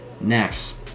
Next